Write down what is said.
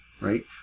right